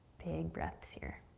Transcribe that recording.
big breaths here.